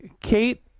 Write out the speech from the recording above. Kate